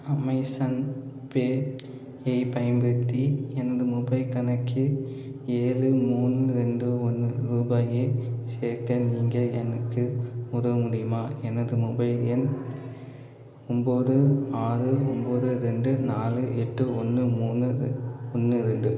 Amazon Pay ஐப் பயன்படுத்தி எனது மொபைல் கணக்கில் ஏழு மூணு ரெண்டு ஒன்று ரூபாயை சேர்க்க நீங்கள் எனக்கு உதவ முடியுமா எனது மொபைல் எண் ஒம்பது ஆறு ஒம்பது ரெண்டு நாலு எட்டு ஒன்று மூணு ரெ ஒன்று ரெண்டு